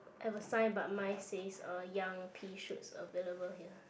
have a sign but mine says uh young pea shoots available here